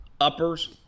uppers